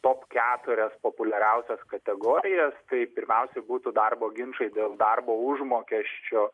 top keturias populiariausias kategorijas tai pirmiausia būtų darbo ginčai dėl darbo užmokesčio